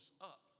up